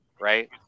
right